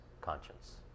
conscience